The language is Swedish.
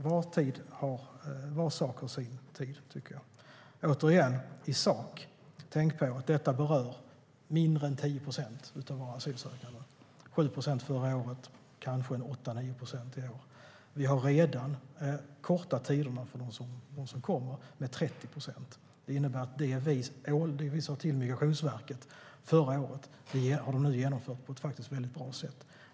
Var sak har sin tid, tycker jag. Återigen och i sak: Tänk på att detta berör mindre än 10 procent av våra asylsökande. Det var 7 procent förra året. Det blir kanske 8-9 procent i år. Vi har redan kortat tiderna för dem som kommer med 30 procent. Det innebär att det vi sa till Migrationsverket förra året nu har genomförts på ett mycket bra sätt.